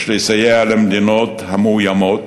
יש לסייע למדינות המאוימות